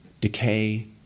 decay